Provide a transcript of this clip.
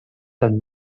tan